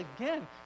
again